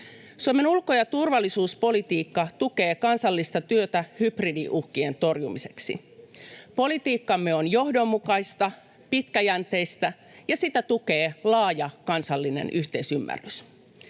Suomen ulko- ja turvallisuuspolitiikka tukee kansallista työtä hybridiuhkien torjumiseksi. Politiikkamme on johdonmukaista ja pitkäjänteistä, ja sitä tukee laaja kansallinen yhteisymmärrys.